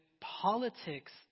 politics